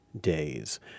days